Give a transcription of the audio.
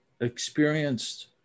experienced